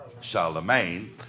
Charlemagne